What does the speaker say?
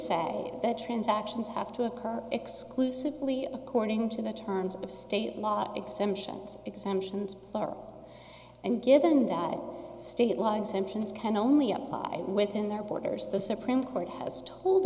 said that transactions have to occur exclusively according to the terms of state law exemptions exemptions bar and given that state law exemptions can only apply within their borders the supreme court has told